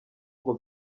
ngo